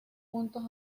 puntos